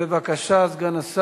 בבקשה.